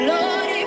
Lord